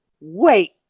wait